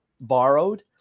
borrowed